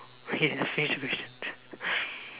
okay let's finish the questions